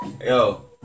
Yo